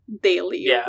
daily